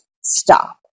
stop